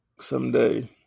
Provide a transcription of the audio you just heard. someday